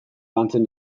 lantzen